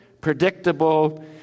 predictable